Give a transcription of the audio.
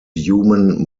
human